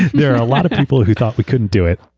there are a lot of people who thought we couldn't do it.